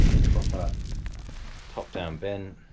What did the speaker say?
proper top down bin,